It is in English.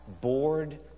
bored